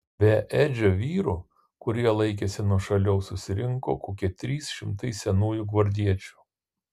be edžio vyrų kurie laikėsi nuošaliau susirinko kokie trys šimtai senųjų gvardiečių